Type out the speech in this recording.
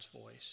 voice